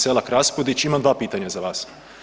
Selak Raspudić imam dva pitanja za vas.